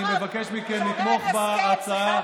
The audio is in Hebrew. אני מבקש מכם לתמוך בהצעה.